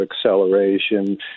acceleration